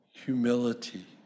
Humility